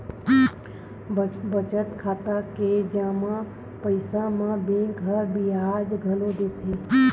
बचत खाता के जमा पइसा म बेंक ह बियाज घलो देथे